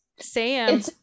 Sam